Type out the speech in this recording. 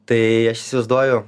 tai aš įsivaizduoju